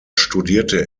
studierte